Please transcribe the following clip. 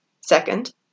Second